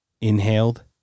inhaled